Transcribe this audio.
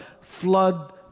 flood